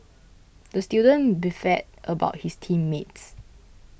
the student beefed about his team mates